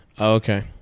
okay